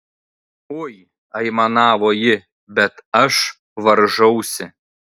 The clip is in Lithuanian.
oi aimanavo ji bet aš varžausi